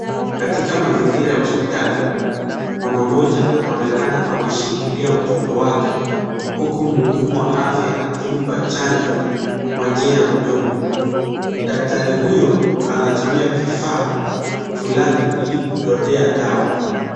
Katika mazingira ya hospitali, mama mmoja anaonekana ameshikilia mtoto wake huku mhudumu wa afya akimpa chanjo kwa njia ya mdomo. Daktari huyo anatumia kifaa fulani ili kudodea dawa.